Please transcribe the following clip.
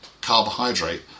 carbohydrate